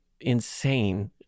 insane